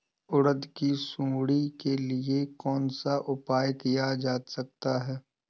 उड़द की सुंडी के लिए कौन सा उपाय किया जा सकता है?